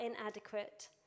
inadequate